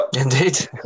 Indeed